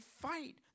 fight